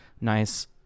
nice